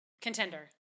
Contender